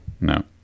No